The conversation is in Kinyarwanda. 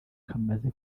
kamaze